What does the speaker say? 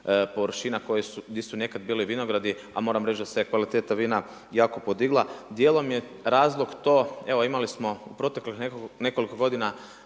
površina gdje su nekad bili vinogradi, a moram reći da se kvaliteta vina jako podigla. Dijelom je razlog to, evo imali smo u proteklih nekoliko godina